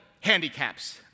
handicaps